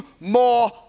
more